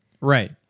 Right